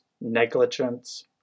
Negligence